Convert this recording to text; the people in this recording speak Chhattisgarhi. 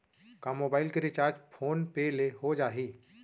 का मोबाइल के रिचार्ज फोन पे ले हो जाही?